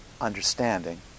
understanding